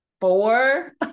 Four